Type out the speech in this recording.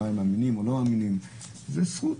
זו זכות.